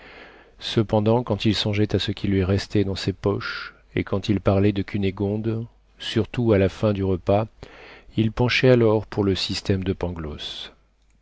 cependant quand il songeait à ce qui lui restait dans ses poches et quand il parlait de cunégonde surtout à la fin du repas il penchait alors pour le système de pangloss